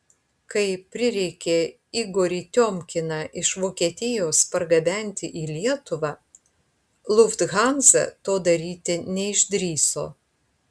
kai prireikė igorį tiomkiną iš vokietijos pargabenti į lietuvą lufthansa to daryti neišdrįso